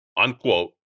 Unquote